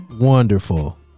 Wonderful